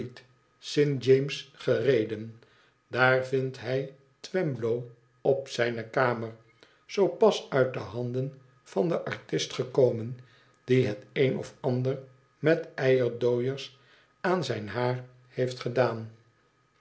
st james gereden daar vindt hij twemloir op zijne kamer zoo pas uit de handen van den artist gekomen die het een of ander met eierdooiers aan zijn haar heeft gedaan